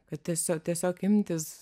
kad tiesiog tiesiog imtis